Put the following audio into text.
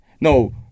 no